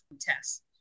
tests